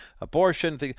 abortion